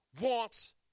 wants